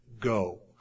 go